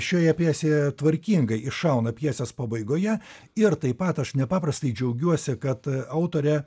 šioje pjesėje tvarkingai iššauna pjesės pabaigoje ir taip pat aš nepaprastai džiaugiuosi kad autorė